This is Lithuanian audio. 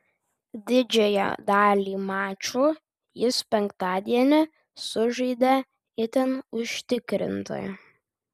didžiąją dalį mačų jis penktadienį sužaidė itin užtikrintai